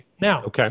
Now